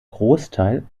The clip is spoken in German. großteil